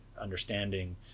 understanding